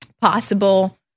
possible